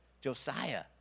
Josiah